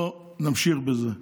לא נמשיך בזה.